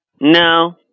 No